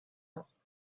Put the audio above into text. lassen